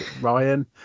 Ryan